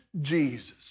Jesus